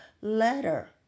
letter